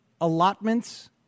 allotments